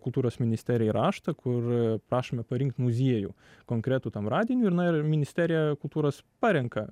kultūros ministerijai raštą kur prašoma parinkti muziejų konkretų tam radiniui ir ministerija kultūros parenka